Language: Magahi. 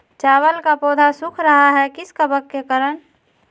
चावल का पौधा सुख रहा है किस कबक के करण?